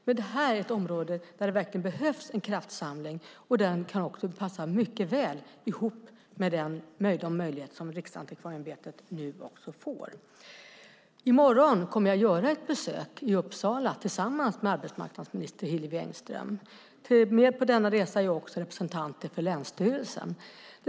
Men detta är ett område där det verkligen behövs en kraftsamling, och den kan också passa mycket väl ihop med de möjligheter som Riksantikvarieämbetet nu får. I morgon kommer jag att göra ett besök i Uppsala tillsammans med arbetsmarknadsminister Hillevi Engström. Med på denna resa är också representanter för länsstyrelsen.